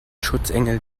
schutzengel